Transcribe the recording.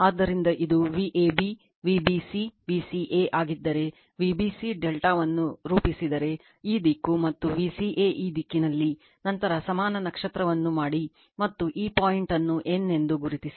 ಆದ್ದರಿಂದ ಇದು Vab Vbc Vca ಆಗಿದ್ದರೆ Vbc ಡೆಲ್ಟಾವನ್ನು ರೂಪಿಸಿದರೆ ಈ ದಿಕ್ಕು ಮತ್ತು Vca ಈ ದಿಕ್ಕಿನಲ್ಲಿ ನಂತರ ಸಮಾನ ನಕ್ಷತ್ರವನ್ನು ಮಾಡಿ ಮತ್ತು ಈ ಪಾಯಿಂಟ್ ಅನ್ನು n ಎಂದು ಗುರುತಿಸಿ